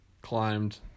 climbed